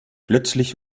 plötzlich